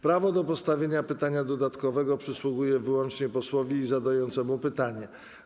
Prawo do postawienia pytania dodatkowego przysługuje wyłącznie posłowi zadającemu pytanie.